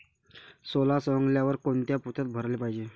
सोला सवंगल्यावर कोनच्या पोत्यात भराले पायजे?